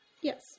Yes